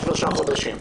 לפני שלושה חודשים.